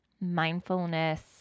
mindfulness